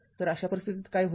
तर अशा परिस्थितीत काय होईल